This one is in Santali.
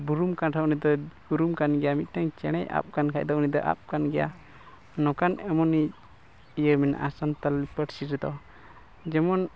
ᱵᱩᱨᱩᱢ ᱠᱟᱱᱟ ᱩᱱᱤ ᱫᱚᱭ ᱵᱩᱨᱩᱢ ᱠᱟᱱ ᱜᱮᱭᱟ ᱢᱤᱫᱴᱟᱝ ᱪᱮᱬᱮᱭ ᱟᱯ ᱠᱟᱱ ᱠᱷᱟᱡ ᱫᱚ ᱩᱱᱤ ᱫᱚᱭ ᱟᱯ ᱟᱠᱟᱱ ᱜᱮᱭᱟ ᱱᱚᱝᱠᱟᱱ ᱮᱢᱚᱱᱤ ᱤᱭᱟᱹ ᱢᱮᱱᱟᱜᱼᱟ ᱥᱟᱱᱛᱟᱲᱤ ᱯᱟᱹᱨᱥᱤ ᱨᱮᱫᱚ ᱡᱮᱢᱚᱱ